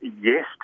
yes